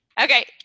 Okay